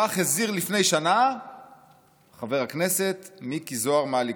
כך הזהיר לפני שנה חבר הכנסת מיקי זוהר מהליכוד,